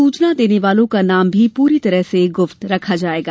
सूचना देने वालों का नाम पूरी तरह से गुप्त रखा जाएगा